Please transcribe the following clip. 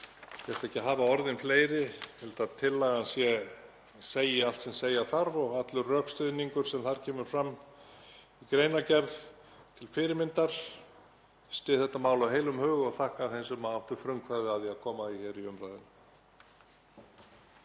ætla ekki að hafa orðin fleiri. Ég held að tillagan segi allt sem segja þarf og allur rökstuðningur sem þar kemur fram í greinargerð til fyrirmyndar. Ég styð þetta mál af heilum hug og þakka þeim sem áttu frumkvæðið að því að koma því í umræðuna.